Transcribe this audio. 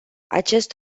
acest